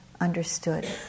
understood